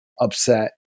upset